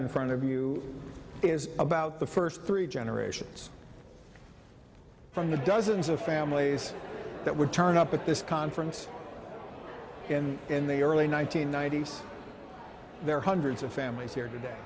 in front of you is about the first three generations from the dozens of families that were turned up at this conference in the early one nine hundred ninety s there are hundreds of families here today